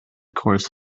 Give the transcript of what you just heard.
course